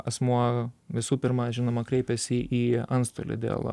asmuo visų pirma žinoma kreipiasi į antstolį dėl